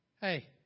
hey